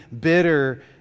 bitter